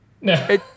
no